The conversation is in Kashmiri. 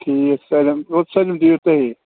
ٹھیٖک سٲلِم سٲلِم دِیِو تُہی